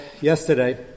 yesterday